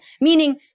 Meaning